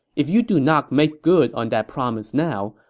if you do not make good on that promise now,